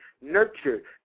nurtured